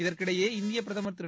இதற்கிடையே இந்திய பிரதம் திரு